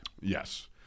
Yes